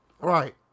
Right